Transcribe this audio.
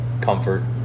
comfort